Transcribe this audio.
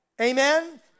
Amen